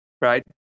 right